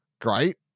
great